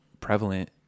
prevalent